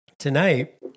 Tonight